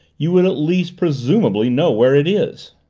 you would at least presumably know where it is.